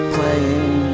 Playing